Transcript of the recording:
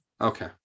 Okay